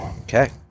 Okay